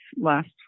last